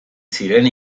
ziren